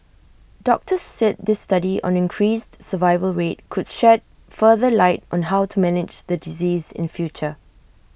doctors said this study on increased survival rate could shed further light on how to manage the disease in future